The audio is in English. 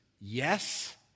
yes